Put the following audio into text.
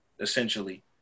essentially